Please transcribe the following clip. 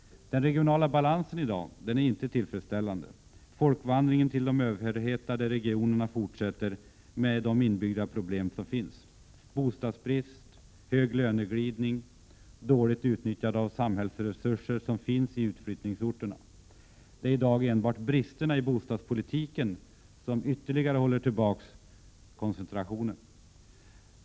Den regionala balansen är i dag inte tillfredsställande. Folkvandringen till de överhettade regionerna fortsätter, med de inbyggda problem som finns i detta: bostadsbrist, hög löneglidning och dåligt utnyttjande av de samhällsresurser som finns i utflyttningsorter. Det är i dag enbart bristerna i bostadspolitiken som ytterligare håller tillbaka koncentrationen.